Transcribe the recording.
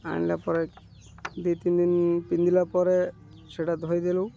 ଆଣିଲା ପରେ ଦୁଇ ତିନି ଦିନ ପିନ୍ଧିଲା ପରେ ସେଇଟା ଧୋଇଦେଲୁ